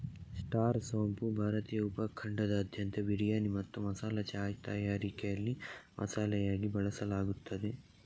star ಸೋಂಪು ಭಾರತೀಯ ಉಪ ಖಂಡದಾದ್ಯಂತ ಬಿರಿಯಾನಿ ಮತ್ತು ಮಸಾಲಾ ಚಾಯ್ ತಯಾರಿಕೆಯಲ್ಲಿ ಮಸಾಲೆಯಾಗಿ ಬಳಸಲಾಗುತ್ತದೆ